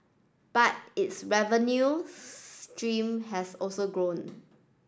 but its revenue stream has also grown